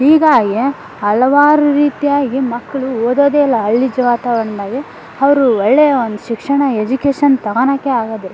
ಹೀಗಾಗಿ ಹಲವಾರು ರೀತಿಯಾಗಿ ಮಕ್ಕಳು ಓದೋದೇ ಇಲ್ಲ ಹಳ್ಳಿ ಜ ವಾತಾವರ್ಣದಾಗೆ ಅವರು ಒಳ್ಳೆಯ ಒಂದು ಶಿಕ್ಷಣ ಎಜುಕೇಷನ್ ತಗಳಕ್ಕೇ ಆಗದಿಲ್ಲ